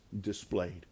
displayed